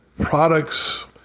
products